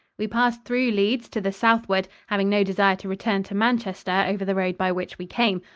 we passed through leeds to the southward, having no desire to return to manchester over the road by which we came,